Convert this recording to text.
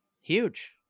Huge